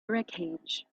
wreckage